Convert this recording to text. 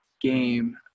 game